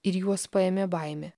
ir juos paėmė baimė